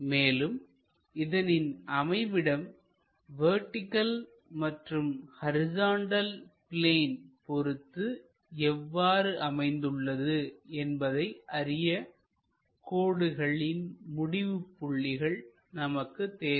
மேலும் இதனின் அமைவிடம் வெர்டிகள் மற்றும் ஹரிசாண்டல் பிளேன் பொறுத்து எவ்வாறு அமைந்துள்ளது என்பதை அறிய கோடுகளின் முடிவு புள்ளிகள் நமக்கு தேவை